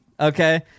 Okay